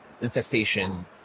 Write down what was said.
infestation